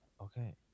Okay